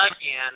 again